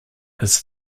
his